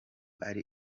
ari